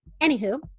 Anywho